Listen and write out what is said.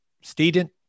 student